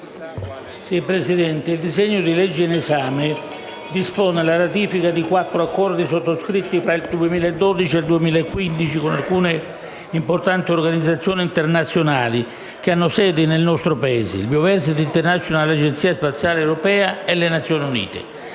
il disegno di legge in esame dispone la ratifica di quattro accordi sottoscritti fra il 2012 ed il 2015 con alcune importanti organizzazioni internazionali che hanno sedi nel nostro Paese: la *Bioversity International*, l'Agenzia spaziale europea e le Nazioni Unite.